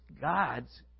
God's